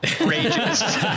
rages